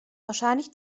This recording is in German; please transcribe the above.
wahrscheinlich